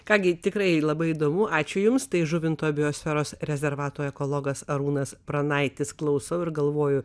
ką gi tikrai labai įdomu ačiū jums tai žuvinto biosferos rezervato ekologas arūnas pranaitis klausau ir galvoju